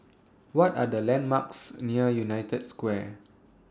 What Are The landmarks near United Square